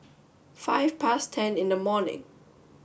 five past ten in the morning